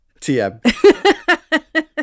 TM